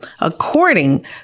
according